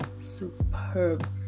superb